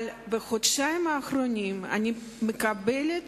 אבל בחודשיים האחרונים אני מקבלת